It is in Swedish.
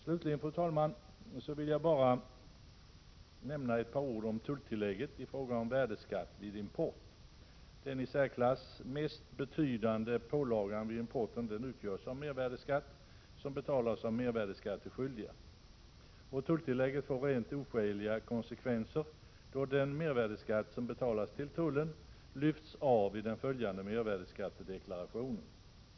Slutligen, fru talman, vill jag bara säga några ord om tulltillägg i fråga om mervärdeskatt vid import. Den i särklass mest betydande pålagan vid importen utgörs av mervärdeskatt som betalas av mervärdeskatteskyldiga. Tulltillägget får rent oskäliga konsekvenser då den mervärdeskatt som betalas till tullen lyfts av i den följande mervärdeskattedeklarationen.